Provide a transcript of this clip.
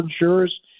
insurers